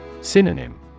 Synonym